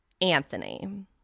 Anthony